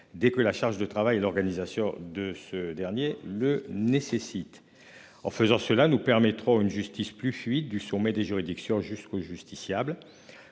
dès que la charge de travail, l'organisation de ce dernier le nécessite. En faisant cela nous permettra une justice plus fuite du sommet des juridictions jusqu'aux justiciables